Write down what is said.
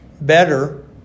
better